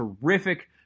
terrific